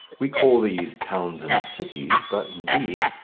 we call these towns and cities, but, indeed,